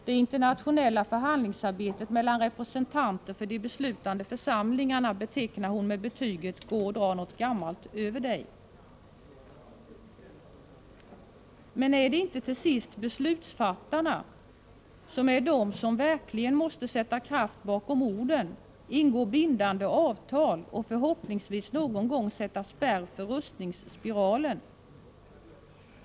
Det internationella förhandlingsarbetet mellan representanter för de beslutande församlingarna betecknar hon med betyget Gå och dra något gammalt över dig. Men är det inte till sist beslutsfattarna som måste sätta kraft bakom orden, ingå bindande avtal och förhoppningsvis någon gång sätta spärr för rustningsspiralen?